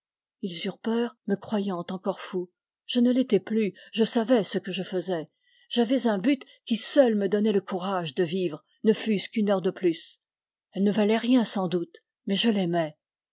ils eurent peur me croyant encore fou je ne l'étais plus je savais ce que je faisais j'avais un but qui seul me donnait le courage de vivre ne fût-ce qu'une heure de plus elle ne valait rien sans doute mais je l'aimais